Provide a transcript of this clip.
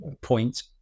point